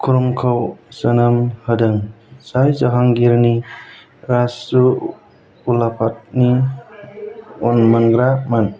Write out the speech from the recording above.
खुर्रमखौ जोनोम होदों जाय जाहांगिरनि राजउलाफादनि उनमोनग्रा मोन